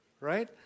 right